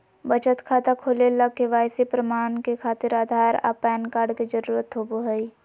बचत खाता खोले ला के.वाइ.सी प्रमाण के खातिर आधार आ पैन कार्ड के जरुरत होबो हइ